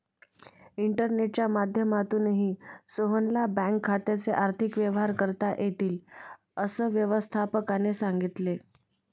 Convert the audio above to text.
इंटरनेटच्या माध्यमातूनही सोहनला बँक खात्याचे आर्थिक व्यवहार करता येतील, असं व्यवस्थापकाने सांगितले